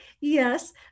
yes